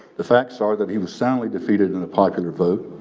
the facts are that he was soundly defeated in the popular vote